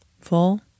Full